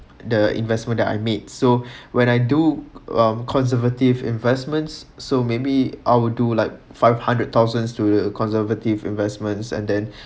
the investment that I made so when I do um conservative investments so maybe I'll do like five hundred thousand to a conservative investments and then